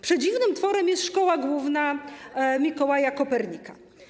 Przedziwnym tworem jest Szkoła Główna Mikołaja Kopernika.